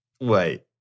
wait